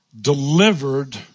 delivered